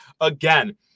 again